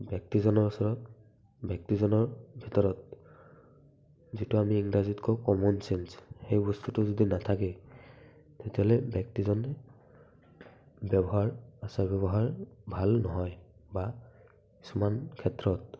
ব্যক্তিজনৰ ওচৰত ব্যক্তিজনৰ ভিতৰত যিটো আমি ইংৰাজীত কওঁ কমন চেন্স সেই বস্তুটো যদি নাথাকে তেতিয়াহ'লে ব্যক্তিজনৰ ব্যৱহাৰ আচাৰ ব্যৱহাৰ ভাল নহয় বা কিছুমান ক্ষেত্ৰত